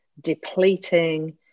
depleting